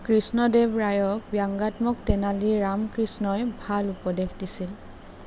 কৃষ্ণদেৱৰায়ক ব্যংগাত্মক তেনালী ৰামকৃষ্ণই ভাল উপদেশ দিছিল